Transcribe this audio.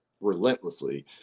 relentlessly